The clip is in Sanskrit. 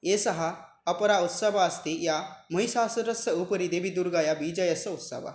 एषः अपरः उत्सवः अस्ति यः महिषासुरस्य उपरि देवीदुर्गायाः विजयस्य उत्सवः